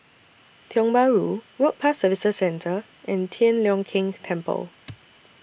Tiong Bahru Work Pass Services Centre and Tian Leong Keng Temple